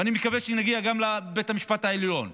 ואני מתכוון שנגיע גם לבית המשפט העליון.